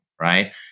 right